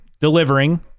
delivering